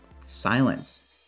silence